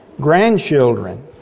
grandchildren